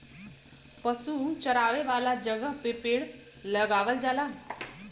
पशु चरावे वाला जगह पे पेड़ लगावल जाला